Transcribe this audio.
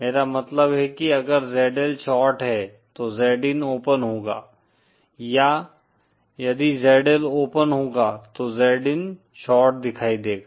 मेरा मतलब है कि अगर ZL शार्ट है तो Zin ओपन होगा या यदि ZL ओपन होगा तो Zin शॉर्ट दिखाई देगा